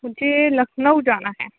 مجھے لکھنؤ جانا ہے